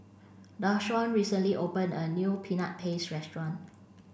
Deshawn recently opened a new Peanut Paste Restaurant